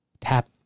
Tap